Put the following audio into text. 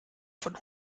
von